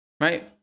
right